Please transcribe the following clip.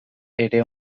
ere